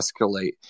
escalate